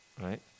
Right